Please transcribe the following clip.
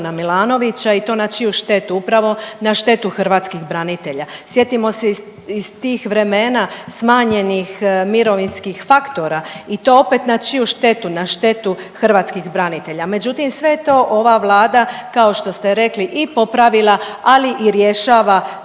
Milanovića i to na čiju štetu, upravo na štetu hrvatskih branitelja. Sjetimo se iz tih vremena smanjenih mirovinskih faktora i to opet na čiju štetu, na štetu hrvatskih branitelja, međutim sve je to ova Vlada kao što ste rekli i popravila, ali i rješava